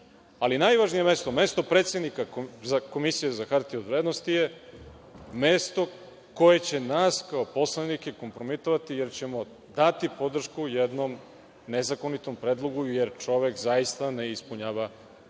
Najvažnije mesto, mesto predsednika Komisije za hartije od vrednosti je mesto koje će nas kao poslanike kompromitovati jer ćemo dati podršku jednom nezakonitom predlogu jer čovek zaista ne ispunjava te uslove.